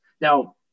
Now